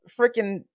freaking